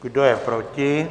Kdo je proti?